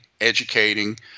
educating